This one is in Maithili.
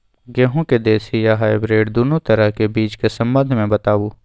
गेहूँ के देसी आ हाइब्रिड दुनू तरह के बीज के संबंध मे बताबू?